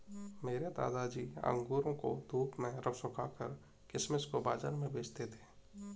मेरे दादाजी अंगूरों को धूप में सुखाकर किशमिश को बाज़ार में बेचते थे